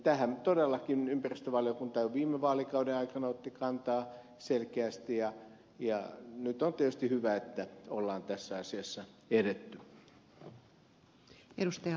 tähän todellakin ympäristövaliokunta jo viime vaalikauden aikana otti kantaa selkeästi ja nyt on tietysti hyvä että on tässä asiassa edetty